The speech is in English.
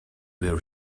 where